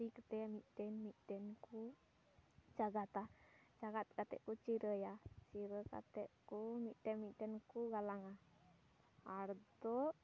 ᱛᱟᱥᱮ ᱠᱟᱛᱮᱫ ᱢᱤᱫᱴᱮᱱ ᱢᱤᱫᱴᱮᱱ ᱠᱚ ᱪᱟᱜᱟᱫᱟ ᱪᱟᱜᱟᱫ ᱠᱟᱛᱮᱫ ᱠᱚ ᱪᱤᱨᱟᱹᱭᱟ ᱪᱤᱨᱟᱹ ᱠᱟᱛᱮᱫ ᱠᱚ ᱢᱤᱫᱴᱮᱱ ᱢᱤᱫᱴᱮᱱ ᱠᱚ ᱜᱟᱞᱟᱝᱼᱟ ᱟᱨ ᱫᱚ